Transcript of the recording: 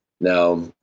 Now